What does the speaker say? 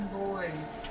boys